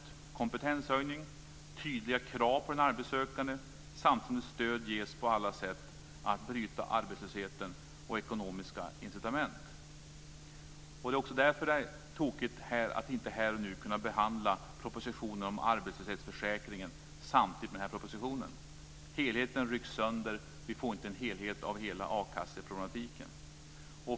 Det gäller också kompetenshöjning och tydliga krav på den arbetssökande samtidigt som stöd ges på alla sätt för att bryta arbetslösheten - också ekonomiska incitament. Därför är det också tokigt att vi inte här och nu kan behandla propositionen om arbetslöshetsförsäkringen samtidigt med den här propositionen. Helheten rycks sönder. Vi får ingen helhet i hela akasseproblematiken.